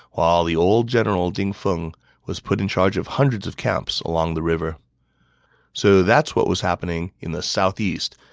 while the old general ding feng was put in charge of hundreds of camps along the river so that's what was happening in the southeast.